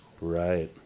Right